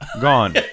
Gone